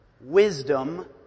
Wisdom